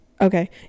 okay